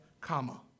comma